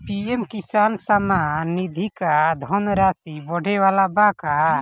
PM Kisan Samman Nidhi क धनराशि बढ़े वाला बा का?